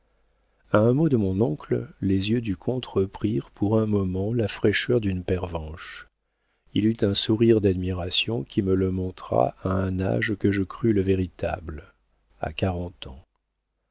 un mot de mon oncle les yeux du comte reprirent pour un moment la fraîcheur d'une pervenche il eut un sourire d'admiration qui me le montra à un âge que je crus le véritable à quarante ans